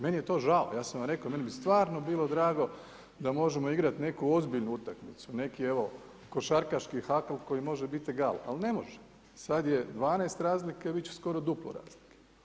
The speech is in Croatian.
Meni je to žao, ja sam rekao, meni bi stvarno bilo drago, da možemo igrati neku ozbiljnu utakmicu, neki evo, košarkaški hakul koji može biti gal, ali ne može, sada je 12 razlike, biti će skoro duplo rast.